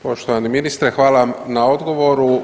Poštovani ministre, hvala vam na odgovoru.